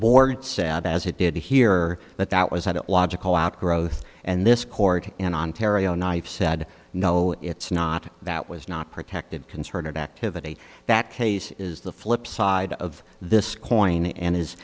board said as it did here that that was had a logical outgrowth and this court in ontario knife said no it's not that was not protected concerted activity that case is the flipside of this coin and is